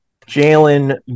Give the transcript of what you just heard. Jalen